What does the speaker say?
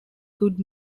could